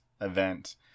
event